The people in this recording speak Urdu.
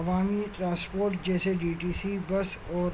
عوامی ٹرانسپورٹ جیسے ڈی ٹی سی بس اور